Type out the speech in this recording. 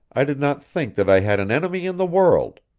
i did not think that i had an enemy in the world,